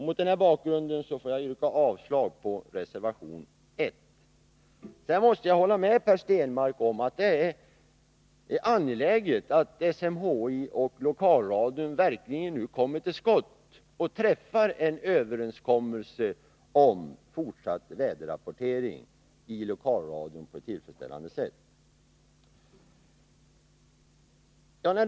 Mot den bakgrunden får jag yrka avslag på reservation 1. Sedan måste jag hålla med Per Stenmarck om att det är angeläget att SMHI och lokalradion verkligen nu kommer till skott och träffar en överenskommelse om fortsatt väderrapportering i lokalradion på ett tillfredsställande sätt.